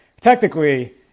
technically